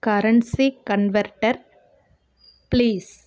currency converter please